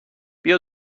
بیا